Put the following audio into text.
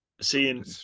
Seeing